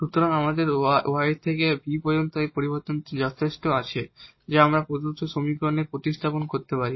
সুতরাং আমাদের y থেকে v পর্যন্ত এই পরিবর্তন যথেষ্ট আছে যা আমরা প্রদত্ত সমীকরণে প্রতিস্থাপন করতে পারি